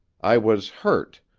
i was hurt.